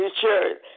church